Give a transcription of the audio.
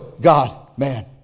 God-man